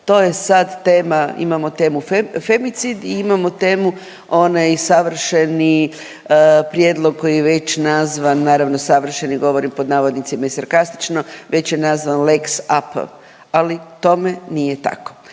to je sad tema, imamo temu femicid i imamo temu onaj savršeni prijedlog koji je već nazvan, naravno savršeni govorim pod navodnicima i sarkastično već je nazvan lex AP, ali tome nije tako.